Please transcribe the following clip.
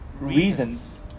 reasons